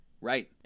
Right